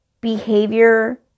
behavior